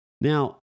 Now